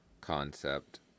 concept